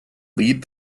lead